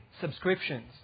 subscriptions